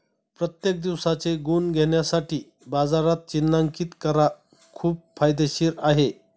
प्रत्येक दिवसाचे गुण घेण्यासाठी बाजारात चिन्हांकित करा खूप फायदेशीर आहे